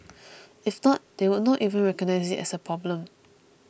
if not they would not even recognise it as a problem